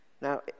Now